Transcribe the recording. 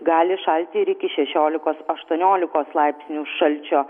gali šalti ir iki šešiolikos aštuoniolikos laipsnių šalčio